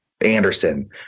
Anderson